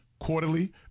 quarterly